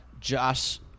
Josh